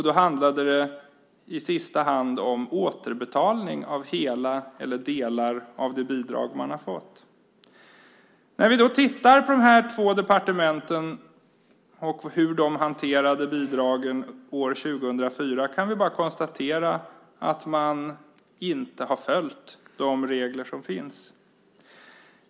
Det handlade då i sista hand om återbetalning av hela eller delar av det bidrag man har fått. När vi tittar på de här båda departementen och hur de hanterade bidragen år 2004 kan vi konstatera att man inte har följt de regler som finns.